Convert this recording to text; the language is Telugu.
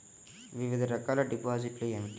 వివిధ రకాల డిపాజిట్లు ఏమిటీ?